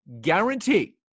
guarantee